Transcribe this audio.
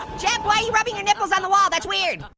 jep, why are you rubbing your nipples on the wall? that's weird.